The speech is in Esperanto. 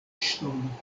ŝtono